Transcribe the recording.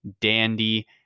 dandy